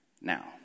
now